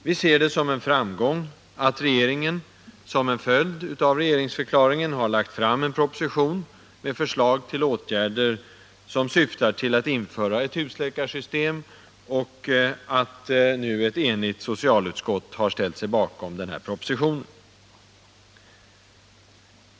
Vi ser det som en framgång att regeringen som en följd av regeringsförklaringen har lagt fram en proposition med förslag till åtgärder som syftar till att införa ett husläkarsystem och att nu ett enigt socialutskott har ställt sig bakom propositionen.